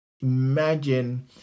imagine